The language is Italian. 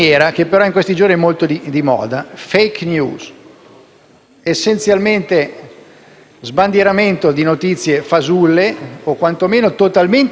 essenzialmente uno sbandieramento di notizie fasulle o quantomeno totalmente incongruenti rispetto alla realtà che vive il Paese,